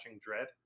Dread